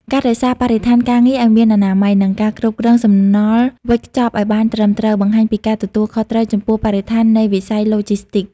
ការរក្សាបរិស្ថានការងារឱ្យមានអនាម័យ និងការគ្រប់គ្រងសំណល់វេចខ្ចប់ឱ្យបានត្រឹមត្រូវ បង្ហាញពីការទទួលខុសត្រូវចំពោះបរិស្ថាននៃវិស័យឡូជីស្ទីក។